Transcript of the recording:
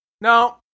no